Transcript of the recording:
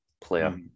player